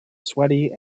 sweaty